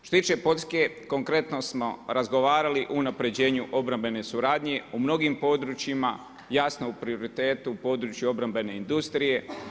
Što se tiče Poljske konkretno smo razgovarali o unapređenju obrambene suradnje u mnogim područjima jasno u prioritetu u području obrambene industrije.